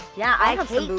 yeah i hate